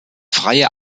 freie